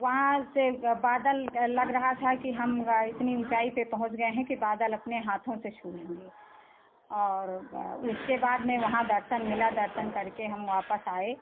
वहां से बादल लग रहा था कि हम इतनी ऊंचाई पे पहुँच गए हैं कि बादल अपने हाथों से छू लेंगे और उसके बाद में वहां दर्शन मिला दर्शन करके हम वापस आए